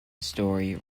storey